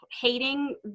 hating